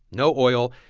no oil,